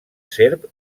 serp